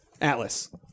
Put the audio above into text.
Atlas